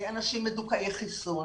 אנשים מדוכאי חיסון,